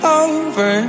over